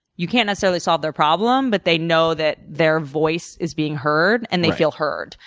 you can't necessarily solve their problem but they know that their voice is being heard, and they feel heard.